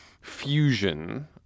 Fusion